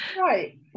Right